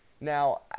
Now